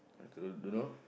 don't don't know